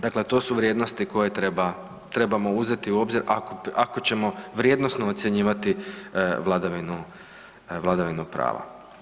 Dakle to su vrijednosti koje trebamo uzeti u obzir ako ćemo vrijednosno ocjenjivati vladavinu prava.